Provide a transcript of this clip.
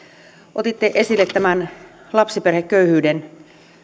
otitte esille tämän lapsiperheköyhyyden